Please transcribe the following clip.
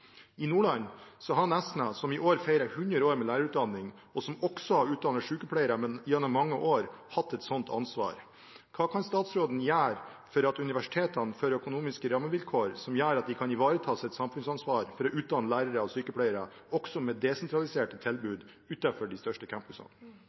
I Nordland har Nesna, som i år feirer 100 år med lærerutdanning, og som også har utdannet sykepleiere gjennom mange år, hatt et sånt ansvar. Hva kan statsråden gjøre for at universitetene får økonomiske rammevilkår som gjør at de kan ivareta sitt samfunnsansvar for å utdanne lærere og sykepleiere, også med desentraliserte